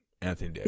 Anthony